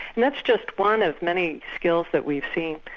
and that's just one of many skills that we've seen